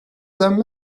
them